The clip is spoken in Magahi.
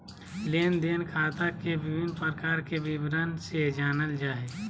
लेन देन खाता के विभिन्न प्रकार के विवरण से जानल जाय हइ